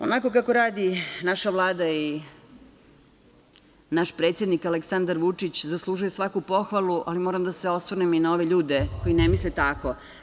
Onako kako radi naša Vlada i naš predsednik Aleksandar Vučić zaslužuje svaku pohvali, ali moram da se osvrnem i na ove ljude koji ne misle tako.